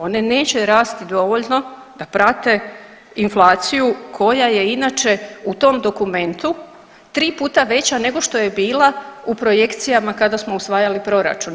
One neće rasti dovoljno da prate inflaciju koja je inače u tom dokumentu tri puta veća nego što je bila u projekcijama kada smo usvajali proračun.